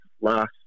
last